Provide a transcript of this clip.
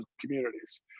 communities